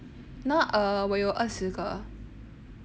now err 我有二十个